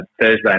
Thursday